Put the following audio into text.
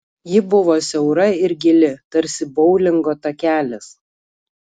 ji buvo siaura ir gili tarsi boulingo takelis